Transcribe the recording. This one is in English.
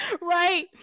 Right